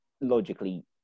logically